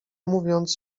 mówiąc